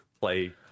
play